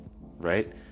right